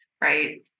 right